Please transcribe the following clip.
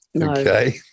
Okay